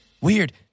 Weird